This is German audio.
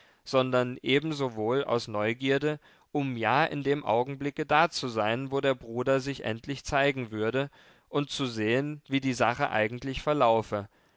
sondern ebensowohl aus neugierde um ja in dem augenblicke da zu sein wo der bruder sich endlich zeigen würde und zu sehen wie die sache eigentlich verlaufe